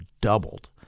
doubled